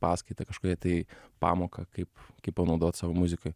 paskaitą kažkokią tai pamoką kaip kaip panaudot savo muzikoj